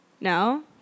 No